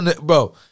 bro